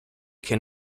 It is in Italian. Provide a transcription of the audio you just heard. che